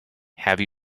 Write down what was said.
have